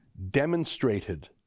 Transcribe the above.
demonstrated